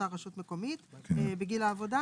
מקומית בגיל העבודה.